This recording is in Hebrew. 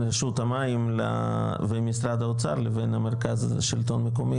רשות המים ומשרד האוצר לבין מרכז השלטון המקומי,